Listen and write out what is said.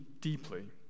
deeply